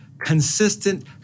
consistent